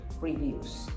reviews